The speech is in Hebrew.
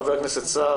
חבר הכנסת סער,